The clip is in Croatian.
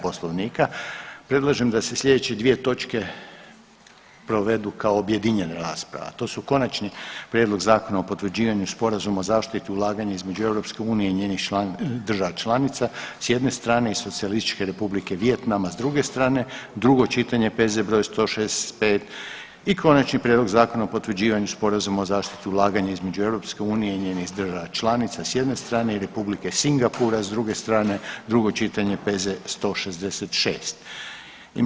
Poslovnika predlažem da se slijedeće dvije točke provedu kao objedinjena rasprava, a to su: - Konačni prijedlog Zakona o potvrđivanju sporazuma o zaštiti ulaganja između EU i njenih država članica s jedne strane i Socijalističke Republike Vijetnama s druge strane, drugo čitanje, P.Z. br. 165. i - Konačni prijedlog Zakona o potvrđivanju sporazuma o zaštiti ulaganja između EU i njenih država članica s jedne strane i Republike Singapura s druge strane, drugo čitanje, P.Z. br. 166.